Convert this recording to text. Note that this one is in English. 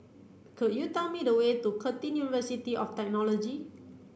could you tell me the way to Curtin University of Technology